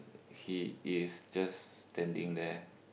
he is just standing there